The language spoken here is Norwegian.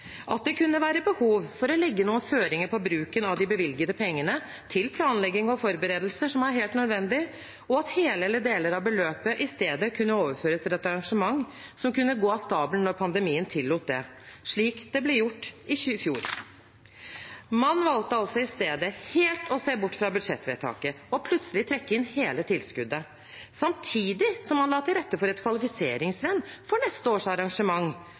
at det kunne være behov for å legge noen føringer på bruken av de bevilgede pengene til planlegging og forberedelser som er helt nødvendige, og at hele eller deler av beløpet i stedet kunne overføres til et arrangement som kunne gå av stabelen når pandemien tillot det, slik det ble gjort i fjor. Man valgte altså i stedet helt å se bort fra budsjettvedtaket og plutselig å trekke inn hele tilskuddet. Samtidig la man til rette for et kvalifiseringsrenn for neste års arrangement.